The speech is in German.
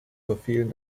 verfehlen